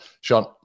Sean